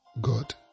God